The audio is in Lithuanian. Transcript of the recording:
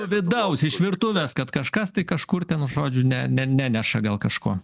vidaus iš virtuvės kad kažkas tai kažkur ten žodžiu ne ne neneša gal kažko